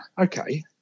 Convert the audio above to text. okay